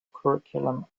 curriculum